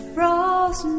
Frost